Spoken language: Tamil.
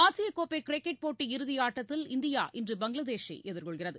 ஆசிய கோப்பை கிரிக்கெட் போட்டி இறுதியாட்டத்தில் இந்தியா இன்று பங்களாதேஷை எதிர்கொள்கிறது